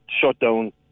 shutdown